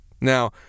Now